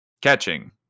Catching